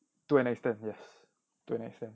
to an extent yes to an extent